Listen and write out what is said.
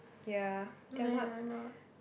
yeah they are not